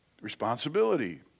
Responsibility